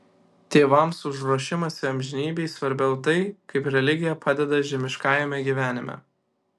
tėvams už ruošimąsi amžinybei svarbiau tai kaip religija padeda žemiškajame gyvenime